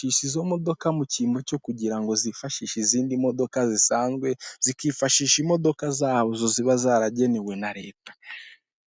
y'inzu yo mu bwoko bwa etage .